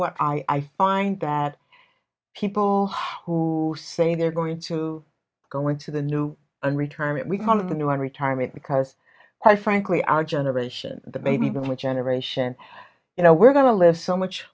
what i find that people who say they're going to go into the new and retirement we kind of the new one retirement because i frankly our generation the baby boomer generation you know we're going to live so much